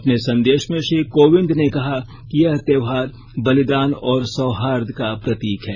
अपने संदेश में श्री कोविद ने कहा कि यह त्यौहार बलिदान और सौहार्द का प्रतीक है